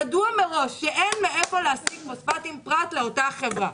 ידוע מראש שאין מאיפה להשיג פוספטים פרט לאותה חברה.